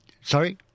Sorry